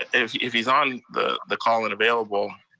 if if he's on the the call and available,